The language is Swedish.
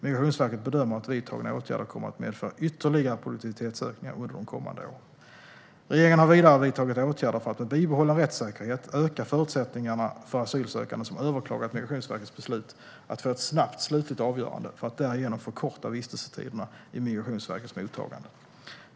Migrationsverket bedömer att vidtagna åtgärder kommer att medföra ytterligare produktivitetsökningar under de kommande åren. Regeringen har vidare vidtagit åtgärder för att med bibehållen rättssäkerhet öka förutsättningarna för asylsökande som överklagat Migrationsverkets beslut att få ett snabbt slutligt avgörande för att därigenom förkorta vistelsetiderna i Migrationsverkets mottagande.